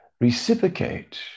reciprocate